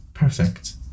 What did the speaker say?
Perfect